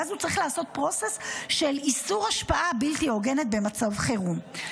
ואז הוא צריך לעשות process של איסור השפעה בלתי הוגנת במצב חירום.